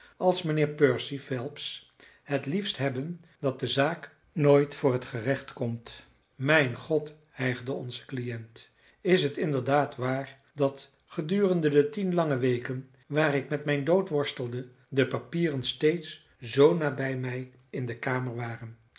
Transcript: als mijnheer percy phelps het liefst hebben dat de zaak nooit voor het gerecht komt mijn god hijgde onze cliënt is het inderdaad waar dat gedurende de tien lange weken waarin ik met den dood worstelde de papieren steeds zoo nabij mij in de kamer waren